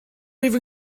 even